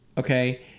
Okay